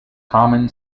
common